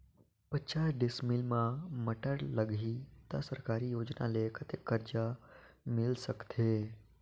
पचास डिसमिल मा टमाटर लगही त सरकारी योजना ले कतेक कर्जा मिल सकथे?